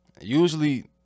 Usually